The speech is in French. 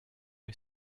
est